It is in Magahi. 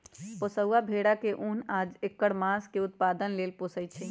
पोशौआ भेड़ा के उन आ ऐकर मास के उत्पादन लेल पोशइ छइ